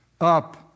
up